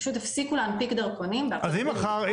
פשוט הפסיקו להנפיק דרכונים בארצות הברית ובקנדה,